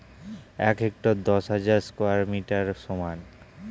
এক হেক্টার দশ হাজার স্কয়ার মিটারের সমান